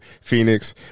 Phoenix